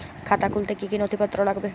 খাতা খুলতে কি কি নথিপত্র লাগবে?